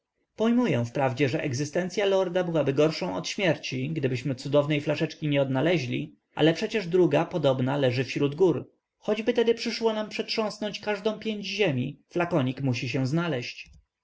pojmuję wprawdzie że egzystencya lorda byłaby gorszą od śmierci gdybyśmy cudownej flaszeczki nie odnaleźli ale przecież druga podobna leży wśród gór choćby tedy przyszło nam przetrząsnąć każdą piędź ziemi flakonik musi się znaleźć